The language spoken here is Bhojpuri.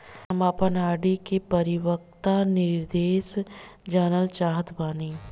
हम आपन आर.डी के परिपक्वता निर्देश जानल चाहत बानी